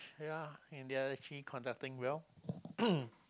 ya and they're actually conducting real